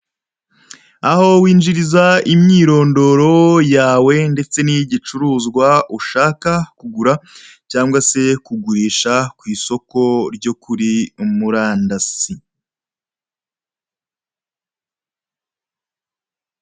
Aho winjiriza imyirondoro yawe ndetse n'iyi'igicuruzwa ushaka kugura cyangwa se kugurisha ku isoko ryo kuri murandasi.